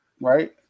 right